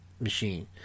machine